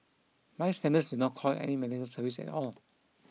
bystanders did not call any medical service at all